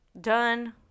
Done